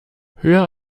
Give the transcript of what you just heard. höher